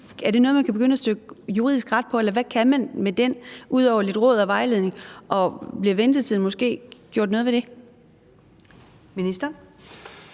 til den coronahotline begynde at støtte juridisk ret på det, eller hvad kan man med den, ud over at få lidt råd og vejledning, og bliver der måske gjort noget ved ventetiden?